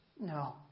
No